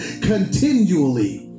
continually